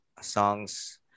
songs